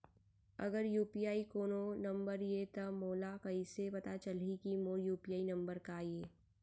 अगर यू.पी.आई कोनो नंबर ये त मोला कइसे पता चलही कि मोर यू.पी.आई नंबर का ये?